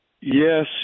yes